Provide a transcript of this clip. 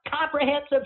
Comprehensive